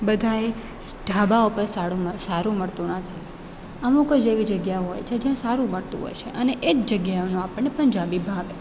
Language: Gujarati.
બધાએ ઢાબા ઉપર સારું મળ સારું મળતું નથી અમુક જ એવી જગ્યા હોય છે જ્યાં સારું મળતું હોય છે અને એ જ જગ્યાઓનું આપણને પંજાબી ભાવે